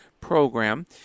program